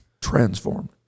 Transformed